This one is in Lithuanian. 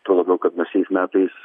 tuo labiau kad na šiais metais